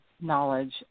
knowledge